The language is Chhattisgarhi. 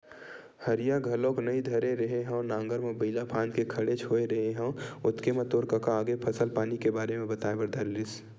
हरिया घलोक नइ धरे रेहे हँव नांगर म बइला फांद के खड़ेच होय रेहे हँव ओतके म तोर कका आगे फसल पानी के बारे म बताए बर धर लिस